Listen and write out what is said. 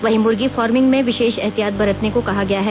वहीं मुर्गी फार्मिंग में विशेष ऐहतियात बरतने को कहा गया है